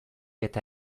eta